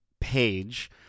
Page